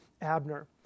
Abner